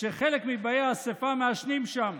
שחלק מבאי האספה מעשנים שם,